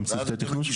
גם צוותי תכנון.